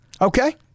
Okay